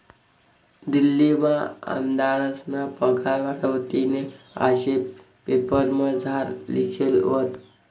दिल्लीमा आमदारस्ना पगार वाढावतीन आशे पेपरमझार लिखेल व्हतं